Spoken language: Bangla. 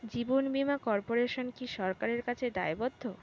জীবন বীমা কর্পোরেশন কি সরকারের কাছে দায়বদ্ধ?